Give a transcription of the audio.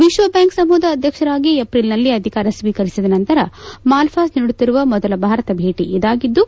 ವಿಶ್ವಬ್ಲಾಂಕ್ ಸಮೂಹದ ಅಧ್ಯಕ್ಷರಾಗಿ ಏಪ್ರಿಲ್ನಲ್ಲಿ ಅಧಿಕಾರ ಸ್ವೀಕರಿಸಿದ ನಂತರ ಮಲ್ವಾಸ್ ನೀಡುತ್ತಿರುವ ಮೊದಲ ಭಾರತ ಭೇಟಿ ಇದಾಗಿದ್ದು